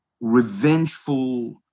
revengeful